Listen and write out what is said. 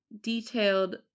detailed